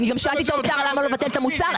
אני שאלתי את האוצר למה לא לבטל את המוצר?